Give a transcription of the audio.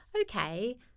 okay